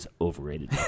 overrated